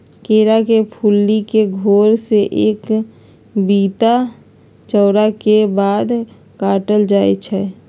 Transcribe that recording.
केरा के फुल्ली के घौर से एक बित्ता छोरला के बाद काटल जाइ छै